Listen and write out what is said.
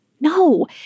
No